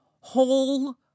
Whole